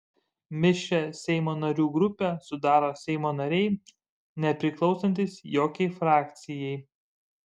mišrią seimo narių grupę sudaro seimo nariai nepriklausantys jokiai frakcijai